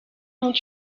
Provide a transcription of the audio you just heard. ont